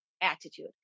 attitude